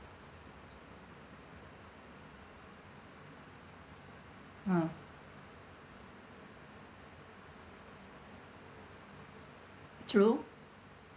ah true